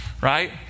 right